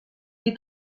est